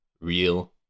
real